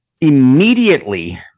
immediately